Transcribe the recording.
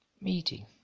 Meeting